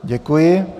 Děkuji.